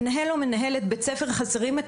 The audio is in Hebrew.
מנהל או מנהלת בית ספר חסרים את